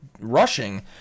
rushing